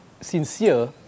sincere